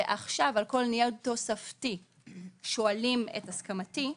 ועכשיו על כל ניוד תוספתי שואלים את הסכמתי,